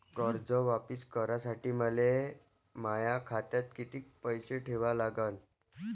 कर्ज वापिस करासाठी मले माया खात्यात कितीक पैसे ठेवा लागन?